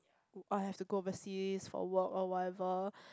I have to go overseas for work or whatever